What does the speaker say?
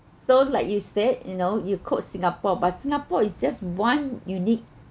so like you said you know you called singapore but singapore is just one unique